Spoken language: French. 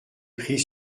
pris